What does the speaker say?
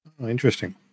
Interesting